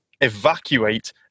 evacuate